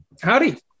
howdy